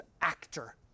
actor